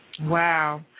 Wow